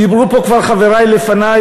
דיברו פה כבר חברי לפני,